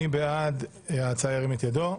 מי בעד ההצעה, ירים את ידו?